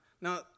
now